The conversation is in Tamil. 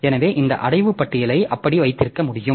எனவே இந்த அடைவு பட்டியலை அப்படி வைத்திருக்க முடியும்